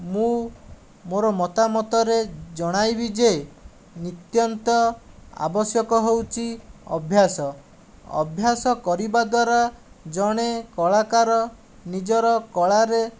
ମୁଁ ମୋର ମତାମତରେ ଜଣାଇବି ଯେ ନିତାନ୍ତ ଆବଶ୍ୟକ ହେଉଛି ଅଭ୍ୟାସ ଅଭ୍ୟାସ କରିବା ଦ୍ୱାରା ଜଣେ କଳାକାର ନିଜର କଳାରେ